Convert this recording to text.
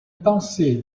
pensée